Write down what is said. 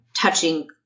touching